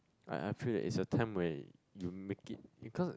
I I feel that it's the time where you make it because